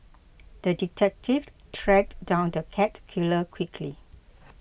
the detective tracked down the cat killer quickly